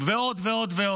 ועוד ועוד.